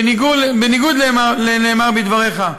בניגוד לנאמר בדבריך,